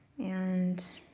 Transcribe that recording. and